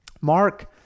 Mark